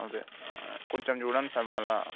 అదే కొంచెం చూడండి సర్ మళ్ళా